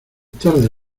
tarde